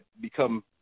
become